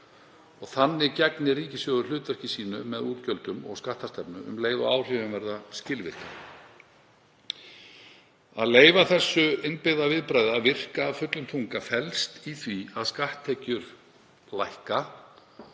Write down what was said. Þannig gegnir ríkissjóður hlutverki sínu með útgjöldum og skattstefnu um leið og áhrifin verða skilvirkari. Að leyfa þessu innbyggða viðbragði að virka af fullum þunga felst í því að skatttekjur lækka